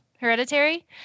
hereditary